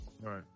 Right